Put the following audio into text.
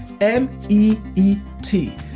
M-E-E-T